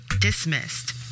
dismissed